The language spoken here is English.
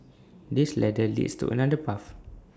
this ladder leads to another path